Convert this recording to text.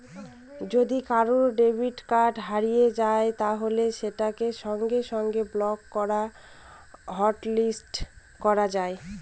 যদি কারুর debit card হারিয়ে যায় তাহলে সেটাকে সঙ্গে সঙ্গে ব্লক বা হটলিস্ট করা যায়